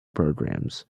programs